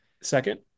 Second